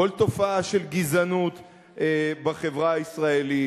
כל תופעה של גזענות בחברה הישראלית.